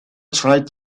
tried